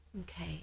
Okay